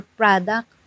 product